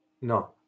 No